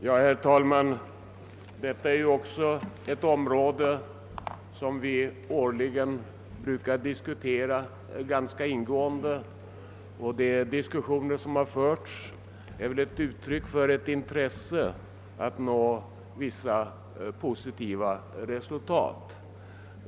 Herr talman! Detta är också ett område som vi årligen brukar diskutera ganska ingående, och de diskussioner som har förts är väl ett uttryck för ett intresse att nå vissa positiva resultat.